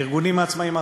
הארגונים העצמאים האחרים,